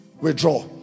withdraw